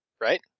right